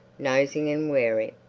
nosing and wary.